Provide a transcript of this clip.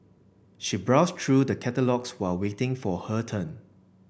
she browsed through the catalogues while waiting for her turn